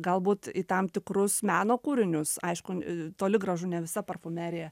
galbūt į tam tikrus meno kūrinius aišku toli gražu ne visa parfumerija